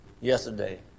yesterday